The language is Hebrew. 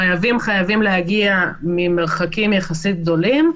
החייבים חייבים להגיע ממרחקים יחסית גדולים,